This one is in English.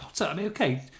okay